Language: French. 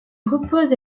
repose